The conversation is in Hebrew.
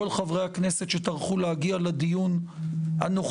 כל חברי הכנסת שטרחו להגיע לדיון הנוכחי